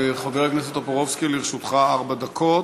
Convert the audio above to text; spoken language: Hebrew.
חבר הכנסת טופורובסקי, לרשותך ארבע דקות.